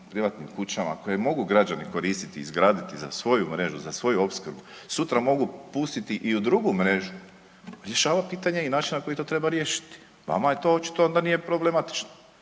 privatnim kućama koje mogu građani koristiti i izgraditi za svoju mrežu, za svoju opskrbu sutra mogu pustiti i u drugu mrežu, rješava pitanje i način na koji to treba riješiti. Vama je to očito da nije problematično